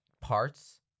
parts